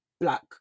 Black